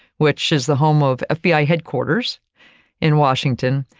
which is the home of fbi ah headquarters in washington.